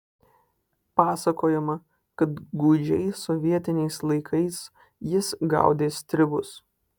pasakojama kad gūdžiais sovietiniais laikais jis gaudė stribus